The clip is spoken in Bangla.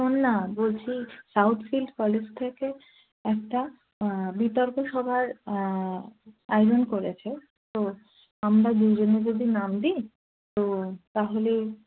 শোন না বলছি সাউথ ফিল্ড কলেজ থেকে একটা বিতর্ক সভার আয়োজন করেছে তো আমরা দুজনে যদি নাম দিই তো তাহলে